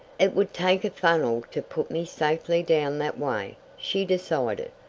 it would take a funnel to put me safely down that way, she decided.